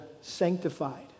sanctified